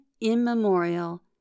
immemorial